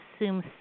assume